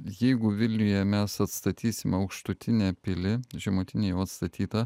jeigu vilniuje mes atstatysim aukštutinę pilį žemutinė jau atstatyta